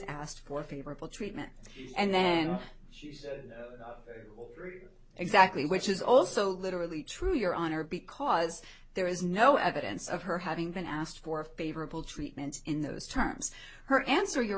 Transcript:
asked for favorable treatment and then she said exactly which is also literally true your honor because there is no evidence of her having been asked for favorable treatment in those terms her answer your